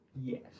Yes